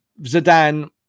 Zidane